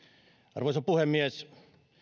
arvoisa puhemies